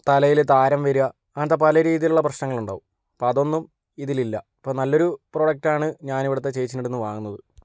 തലയിൽ താരൻ വരുക അങ്ങനത്തെ പല രീതിയിലുള്ള പ്രശ്നങ്ങളുണ്ടാകും അപ്പോൾ അതൊന്നും ഇതിലില്ല അപ്പോൾ നല്ലൊരു പ്രോഡക്ടാണ് ഞാൻ ഇവിടുത്തെ ചേച്ചിയുടെ അടുത്തു നിന്ന് വാങ്ങുന്നത്